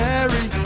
Mary